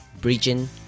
Bridging